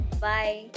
Bye